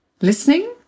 Listening